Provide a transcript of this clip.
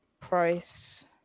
Price